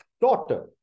daughter